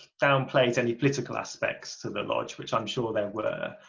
down plays any political aspects to the lodge which i'm sure there were,